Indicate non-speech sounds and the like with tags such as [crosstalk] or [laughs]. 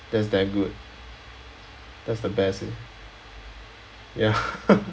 that's very good that's the best thing ya [laughs]